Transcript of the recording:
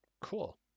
cool